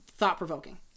thought-provoking